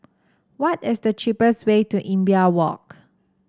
what is the cheapest way to Imbiah Walk